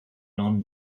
non